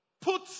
put